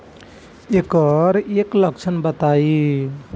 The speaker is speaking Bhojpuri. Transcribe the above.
एकर लक्षण बताई?